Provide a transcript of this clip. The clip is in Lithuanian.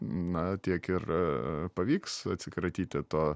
na tiek ir pavyks atsikratyti to